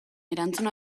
erantzun